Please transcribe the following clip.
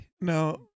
No